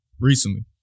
recently